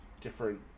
different